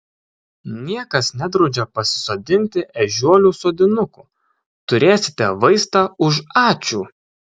niekas nedraudžia pasisodinti ežiuolių sodinukų turėsite vaistą už ačiū